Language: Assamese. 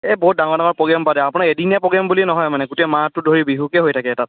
এই বহুত ডাঙৰ ডাঙৰ প্ৰগ্ৰেম পাতে আপোনাৰ এদিনীয়া প্ৰগেম বুলিয়ে নহয় মানে গোটেই মাহটো ধৰি বিহুকে হৈ থাকে তাত